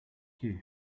you